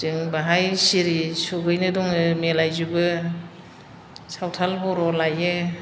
जों बेवहाय सिरि सुखैनो दङ मिलायजोबो सावथाल बर' लाइयो